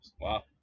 Wow